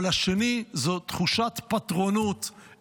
אבל השני זו תחושת פטרונות,